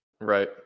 Right